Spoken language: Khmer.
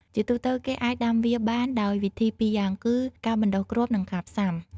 ជាទូទៅ គេអាចដាំវាបានដោយវិធីពីរយ៉ាងគឺ ការបណ្ដុះគ្រាប់ និង ការផ្សាំ។